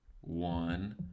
one